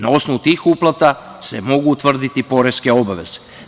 Na osnovu tih uplata se mogu utvrditi poreske obaveze.